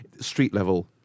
street-level